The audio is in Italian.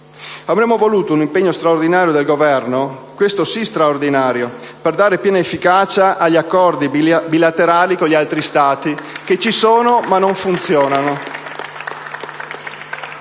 avremmo voluto un impegno straordinario del Governo - questo sì straordinario - per dare piena efficacia agli accordi bilaterali con agli altri Stati, che ci sono ma non funzionano